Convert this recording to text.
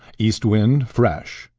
east wind, fresh.